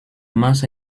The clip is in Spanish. más